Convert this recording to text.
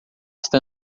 está